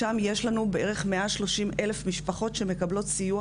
שם יש לנו בערך 130 אלף משפחות שמקבלות סיוע